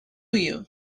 you